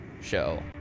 Show